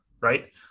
right